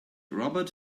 robert